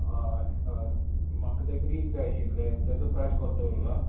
हय हय म्हाका तें ग्रीन जाय आशिल्लें ताजो प्रायस कसो दवल्ला